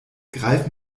greif